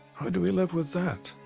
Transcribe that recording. how do we live with that?